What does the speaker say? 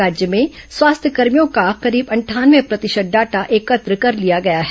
राज्य में स्वास्थ्यकर्मियों का करीब अंठानवे प्रतिशत डाटा एकत्र कर लिया गया है